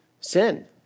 sin